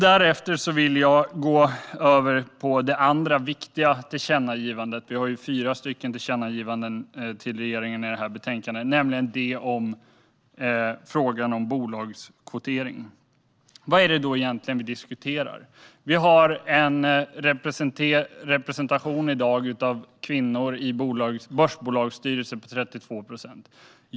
Därefter vill jag gå över till det andra viktiga tillkännagivandet av de fyra tillkännagivanden vi har till regeringen i det här betänkandet, nämligen det om bolagskvotering. Vad är det då egentligen vi diskuterar? Vi har i dag en representation av kvinnor i börsbolagsstyrelser på 32 procent.